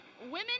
Women